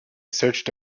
searched